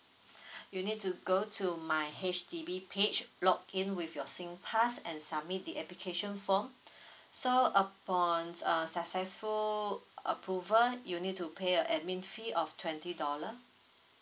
you need to go to my H_D_B page log in with your singpass and submit the application form so upon uh successful approval you need to pay uh admin fee of twenty dollar